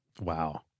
Wow